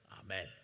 amen